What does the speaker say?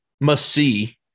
must-see